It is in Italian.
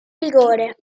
rigore